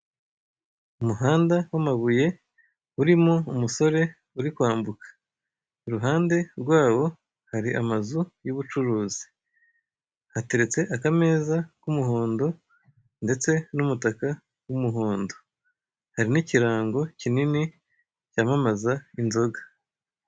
Umuhanda w'amabuye urimo umusore uri kwambuka, iruhande rwawo hari amazu y'ubucuruzi. Hateretse akameza k'umuhondo ndetse n'umutaka w'umuhondo, hari n'ikirango kinini cyamamaza inzoga.